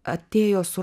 atėjo su